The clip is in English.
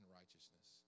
righteousness